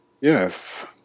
Yes